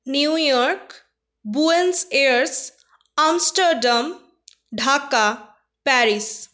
new York Buenos Aires Amsterdam Dhaka Paris